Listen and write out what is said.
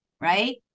right